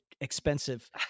expensive